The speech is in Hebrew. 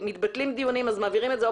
כשמתבטלים דיונים אז מעבירים את זה או